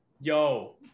Yo